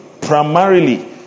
primarily